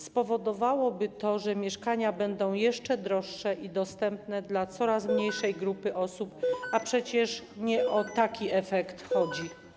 Spowodowałoby to, że mieszkania byłyby jeszcze droższe i dostępne dla coraz mniejszej grupy osób, a przecież nie o taki efekt chodzi.